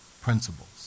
principles